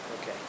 Okay